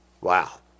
Wow